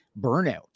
burnout